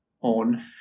On